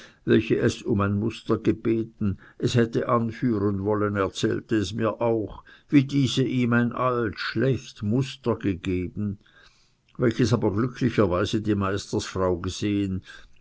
welche es um ein muster gebeten es hätte anführen wollen erzählte es mir auch wie diese ihm ein alt schlecht muster gegeben welches aber glücklicherweise die meistersfrau gesehen